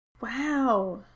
Wow